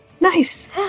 Nice